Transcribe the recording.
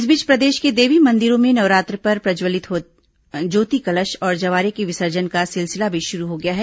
इस बीच प्रदेश के देवी मंदिरों में नवरात्र पर प्रज्जवलित ज्योति कलश और जवारे के विसर्जन का सिलसिला भी शुरू हो गया है